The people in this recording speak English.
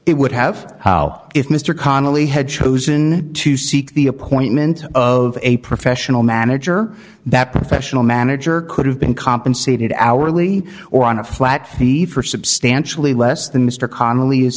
it would have how if mr connelly had chosen to seek the appointment of a professional manager that professional manager could have been compensated hourly or on a flat fee for substantially less than mr connelly